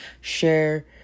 share